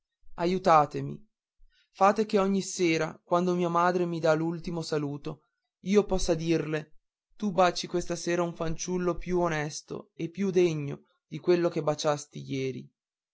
aiutatemi fate che ogni sera quando mia madre mi dà l'ultimo saluto io possa dirle tu baci questa sera un fanciullo più onesto e più degno di quello che baciasti ieri